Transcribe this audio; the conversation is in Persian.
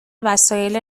وسایل